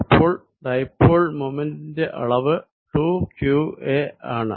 അപ്പോൾ ഡൈപോൾ മോമെന്റിന്റെ അളവ് 2qa ആണ്